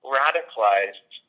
radicalized